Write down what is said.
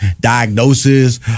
diagnosis